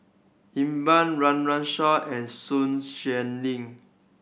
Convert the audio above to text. Iqbal Run Run Shaw and Sun Xueling